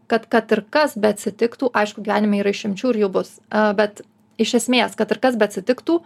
kad kad ir kas beatsitiktų aišku gyvenime yra išimčių ir jų bus bet iš esmės kad ir kas beatsitiktų